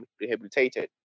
rehabilitated